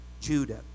Judah